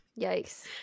Yikes